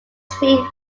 trim